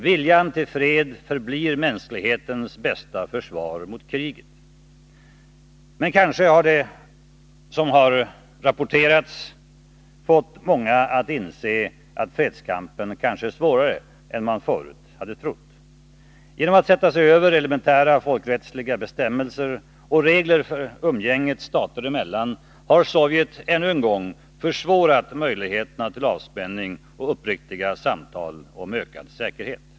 Viljan till fred förblir mänsklighetens bästa försvar mot kriget. Men kanske har det som har rapporterats fått många att inse att fredskampen kanske är svårare att föra än man förut hade trott. Genom att sätta sig över elementära folkrättsliga bestämmelser och regler för umgänget stater emellan har Sovjet ännu en gång försvårat möjligheterna till avspänning och uppriktiga samtal om ökad säkerhet.